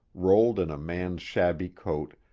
rolled in a man's shabby coat,